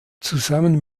zusammen